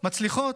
מצליחות.